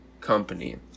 company